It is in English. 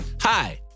Hi